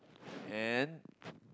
and